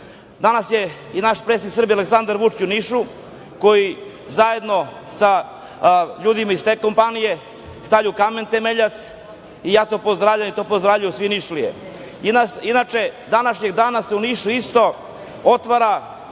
rade. Danas je i naš predsednik Srbije Aleksandar Vučić u Nišu, koji zajedno sa ljudima iz te kompanije stavlja kamen temeljac i ja to pozdravljam i to pozdravljaju sve Nišlije. Inače, današnjeg dana u Nišu isto se otvara